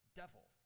devil